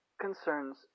concerns